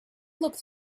looked